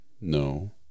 No